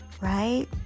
right